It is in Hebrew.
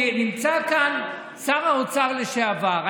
נמצא כאן שר האוצר לשעבר,